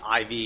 IV